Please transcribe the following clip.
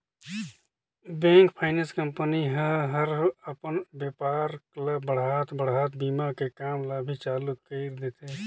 bank, finance company ह हर अपन बेपार ल बढ़ात बढ़ात बीमा के काम ल भी चालू कइर देथे